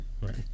Right